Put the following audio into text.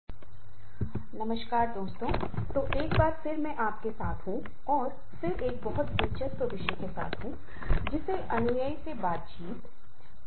आज हम कार्य संतुलन या एकीकरण के बारे में बात करेंगे